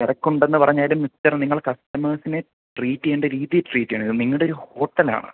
തിരക്കുണ്ടെന്ന് പറഞ്ഞാലും മിസ്റ്റർ നിങ്ങൾ കസ്റ്റമേഴ്സിനെ ട്രീറ്റ് ചെയ്യേണ്ട രീതിയിൽ ട്രീറ്റ് ചെയ്യണം ഇത് നിങ്ങളുടെ ഒരു ഹോട്ടലാണ്